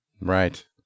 Right